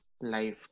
life